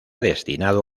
destinado